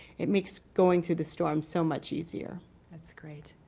it makes going to the storm so much easier that's great.